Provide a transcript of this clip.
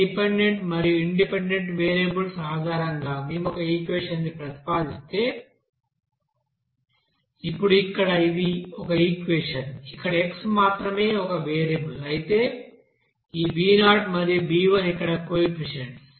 ఈ డిపెండెంట్ మరియు independent variables ఆధారంగా మేము ఒక ఈక్వెషన్ ని ప్రతిపాదిస్తే ఇప్పుడు ఇక్కడ ఇది ఒక ఈక్వెషన్ ఇక్కడ x మాత్రమే ఒక వేరియబుల్ అయితే ఈ b0 మరియు b1 ఇక్కడ కోఎఫిషియెంట్స్